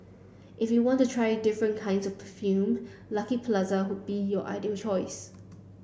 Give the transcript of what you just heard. if you want to try different kinds of perfume Lucky Plaza could be your ideal choice